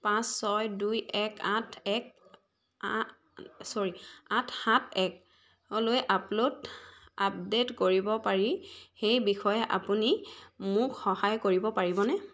পাঁচ ছয় দুই এক আঠ এক চ'ৰি আঠ সাত একলৈ আপলোড আপডেট কৰিব পাৰি সেই বিষয়ে আপুনি মোক সহায় কৰিব পাৰিবনে